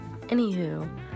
Anywho